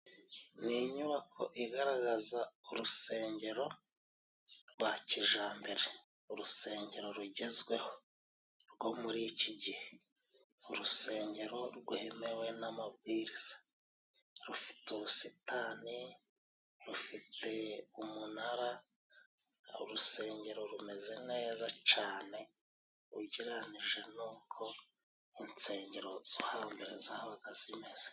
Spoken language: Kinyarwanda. Ni inyubako igaragaza urusengero rwa kijambere. Urusengero rugezweho rwo muri iki gihe . Urusengero rwemewe n'amabwiriza, rufite ubusitani, rufite umunara, urusengero rumeze neza cane ugereranije n'uko insengero zo hambere zabaga zimeze.